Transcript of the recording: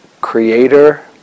creator